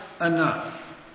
enough